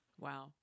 Wow